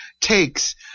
takes